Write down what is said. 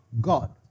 God